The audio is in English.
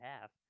half